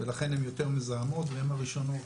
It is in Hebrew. ולכן הן יותר מזהמות והן הראשונות